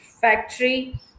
factory